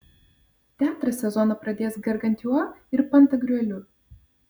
teatras sezoną pradės gargantiua ir pantagriueliu